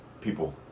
People